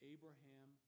Abraham